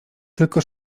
tylko